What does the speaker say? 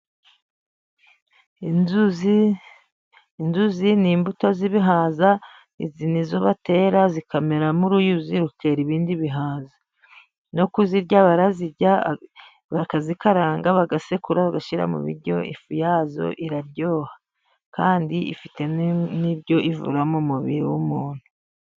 Inzuzi, inzuzi ni imbuto z'ibihaza. Ni zo batera zikameramo uruyuzi rukera ibindi bihaza. No kuzirya barazirya, bakazikaranga bagasekura, bagashyira mu biryo. Ifu yazo iraryoha kandi ifite n'ibyo ivoma mu mubiri w'umuntu.